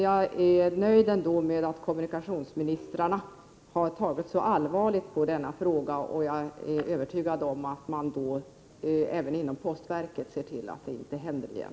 Jag är dock nöjd med att kommunikationsministrarna har tagit så allvarligt på denna fråga. Jag är övertygad om att man även inom postverket nu skall se till att det inte händer igen.